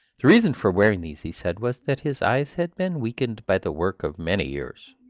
the reason for wearing these, he said, was that his eyes had been weakened by the work of many years.